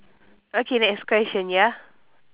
okay next question ya